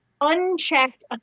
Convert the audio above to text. unchecked